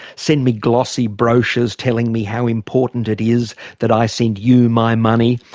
send me glossy brochures telling me how important it is that i send you my money,